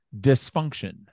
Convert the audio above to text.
dysfunction